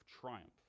triumph